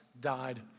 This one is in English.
died